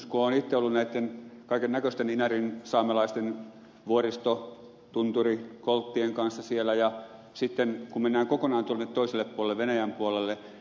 olen itse ollut näitten kaikennäköisten inarinsaamelaisten vuoristo tunturikolttien kanssa ja sitten mennään kokonaan toiselle puolelle venäjän puolelle